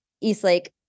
Eastlake